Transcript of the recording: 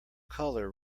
color